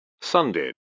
Sunday